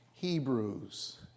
Hebrews